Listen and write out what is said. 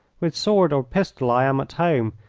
with sword or pistol i am at home,